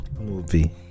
movie